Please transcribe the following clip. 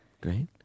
Great